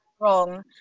wrong